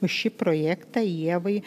už šį projektą ievai